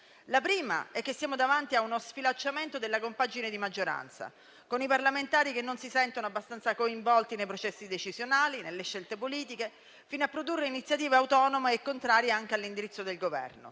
la prima è che siamo davanti a uno sfilacciamento della compagine di maggioranza, con i parlamentari che non si sentono abbastanza coinvolti nei processi decisionali e nelle scelte politiche, fino a produrre iniziative autonome e contrarie anche all'indirizzo del Governo.